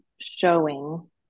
showing